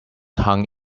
hung